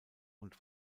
und